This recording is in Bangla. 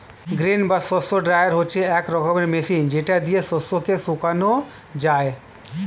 গ্রেন বা শস্য ড্রায়ার হচ্ছে এক রকমের মেশিন যেটা দিয়ে শস্য কে শোকানো যায়